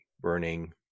burning